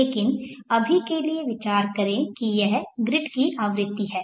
लेकिन अभी के लिए विचार करें कि यह ग्रिड की आवृत्ति है